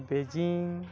Beijing